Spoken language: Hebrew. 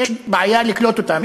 יש בעיה לקלוט אותם,